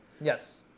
yes